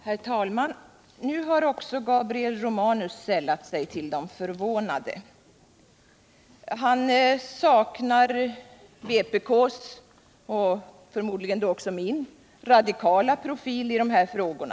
Herr talman! Nu har också Gabriel Romanus sällat sig till de förvånade. Han saknar vpk:s och förmodligen också min radikala profil i de här frågorna.